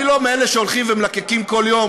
אני לא מאלה שהולכים ומלקקים כל יום,